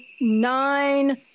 nine